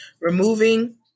Removing